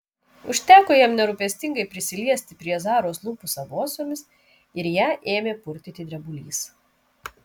užteko jam nerūpestingai prisiliesti prie zaros lūpų savosiomis ir ją ėmė purtyti drebulys